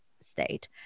state